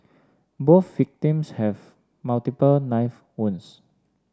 both victims had multiple knife wounds